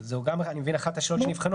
אני מבין שזה גם אחת השאלות שנבחנות,